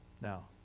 Now